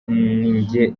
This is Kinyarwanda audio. nijye